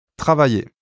Travailler